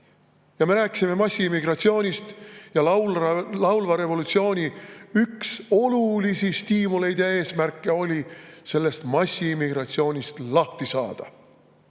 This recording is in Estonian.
Me rääkisime massiimmigratsioonist ja laulva revolutsiooni üks olulisi stiimuleid ja eesmärke oli sellest massiimmigratsioonist lahti saada.